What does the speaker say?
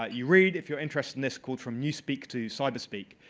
ah you read if you're interested in this, called from you speak to cyber speak,